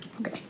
Okay